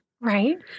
Right